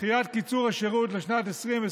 דחיית קיצור השירות לשנת 2024